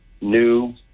new